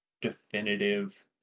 definitive